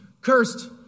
cursed